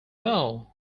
know